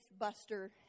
buster